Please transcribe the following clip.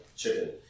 chicken